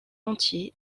entier